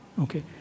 Okay